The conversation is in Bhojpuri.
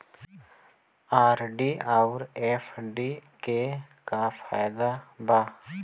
आर.डी आउर एफ.डी के का फायदा बा?